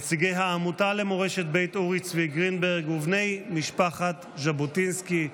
נציגי העמותה למורשת בית אורי צבי גרינברג ובני משפחת ז'בוטינסקי,